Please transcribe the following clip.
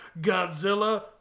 Godzilla